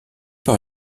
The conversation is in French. par